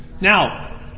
Now